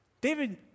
David